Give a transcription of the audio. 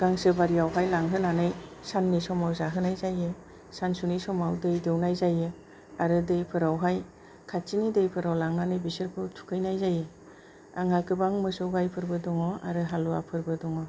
गांसो बारियावहाय लांहोनानै साननि समाव जाहोनाय जायो सानसुनि समाव दै दौनाय जायो आरो दैफोरावहाय खाथिनि दैफोराव लांनानै बिसोरखौ थुखैनाय जायो आंहा गोबां मोसौ गाइफोरबो दङ आरो हालुवाफोरबो दङ